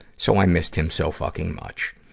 so i missed him so fucking much.